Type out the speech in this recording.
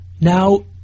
Now